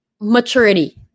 maturity